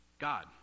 God